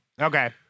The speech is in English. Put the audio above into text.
okay